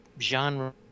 genre